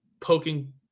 poking